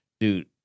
Dude